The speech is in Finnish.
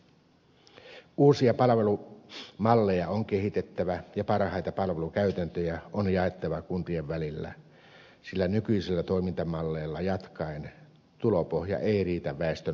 uusia palvelumalleja on kehitettävä ja parhaita palvelukäytäntöjä on jaettava kuntien välillä sillä nykyisillä toimintamalleilla jatkaen tulopohja ei riitä väestön huoltamiseen